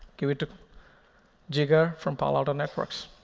give it to jigar from palo alto networks.